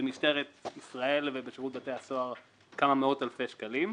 במשטרת ישראל ובשירות בתי הסוהר כמה מאות אלפי שקלים,